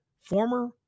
former